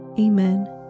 Amen